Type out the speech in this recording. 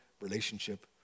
relationship